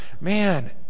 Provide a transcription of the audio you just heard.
man